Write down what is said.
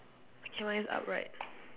K mine is upright